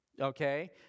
okay